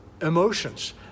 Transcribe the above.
emotions